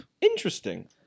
Interesting